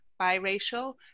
biracial